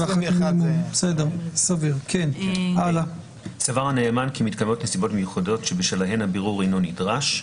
סבר הנאמן כי מתקיימות נסיבות מיוחדות שבשלהן הבירור אינו דרוש,